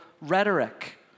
rhetoric